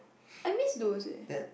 I miss those leh